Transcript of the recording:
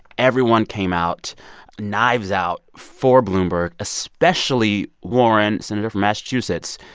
everyone came out knives out for bloomberg, especially warren, senator from massachusetts.